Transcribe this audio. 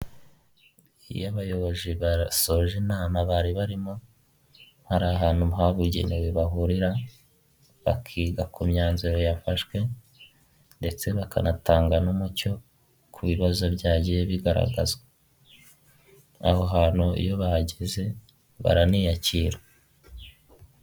Iyo abayobozi basoje inama bari barimo hari ahantu habugenewe bahurira bakiga ku myanzuro yafashwe ndetse bakanatanga n'umucyo ku bibazo byagiye bigaragazwa ,aho hantu iyo bahageze baraniyakira.